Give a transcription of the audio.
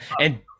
And-